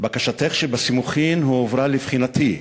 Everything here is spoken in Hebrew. "בקשתך שבסימוכין הועברה לבחינתי,